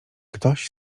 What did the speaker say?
ktoś